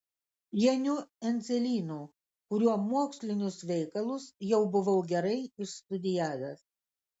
janiu endzelynu kurio mokslinius veikalus jau buvau gerai išstudijavęs